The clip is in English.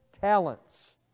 talents